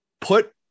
put